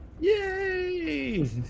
Yay